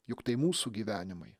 juk tai mūsų gyvenimai